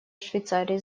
швейцарии